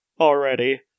already